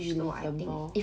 relatable